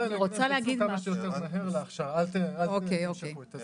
המטרה היא שייצאו כמה שיותר מהר להכשרה ולא למשוך את הזמן.